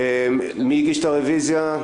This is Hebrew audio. מי הגיש את הרביזיה?